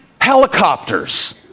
helicopters